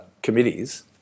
committees